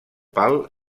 pal